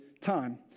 time